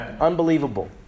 Unbelievable